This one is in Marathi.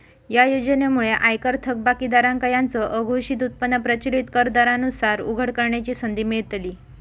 या योजनेमुळे आयकर थकबाकीदारांका त्यांचो अघोषित उत्पन्न प्रचलित कर दरांनुसार उघड करण्याची संधी मिळतली